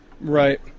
right